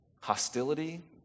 hostility